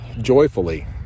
joyfully